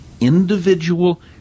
individual